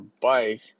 bike